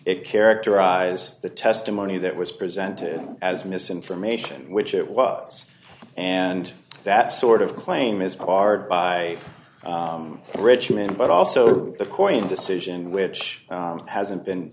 it characterize the testimony that was presented as misinformation which it was and that sort of claim is barred by richmond but also the coin decision which hasn't been